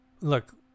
look